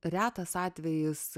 retas atvejis